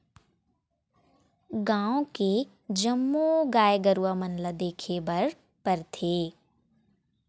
गाँव के जम्मो गाय गरूवा मन ल देखे बर परथे